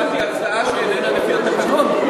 אני הצעתי הצעה שאיננה לפי התקנון.